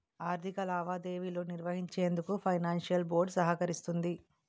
ఆర్థిక లావాదేవీలు నిర్వహించేందుకు ఫైనాన్షియల్ బోర్డ్ సహకరిస్తుంది